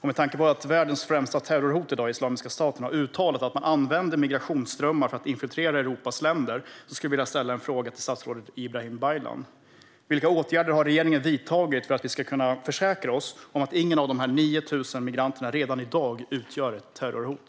Med tanke på att världens främsta terrorhot i dag, Islamiska staten, har uttalat att man använder migrationsströmmar för att infiltrera Europas länder skulle jag vilja ställa en fråga till statsrådet Ibrahim Baylan. Vilka åtgärder har regeringen vidtagit för att vi ska kunna försäkra oss om att ingen av de här 9 000 migranterna redan i dag utgör ett terrorhot?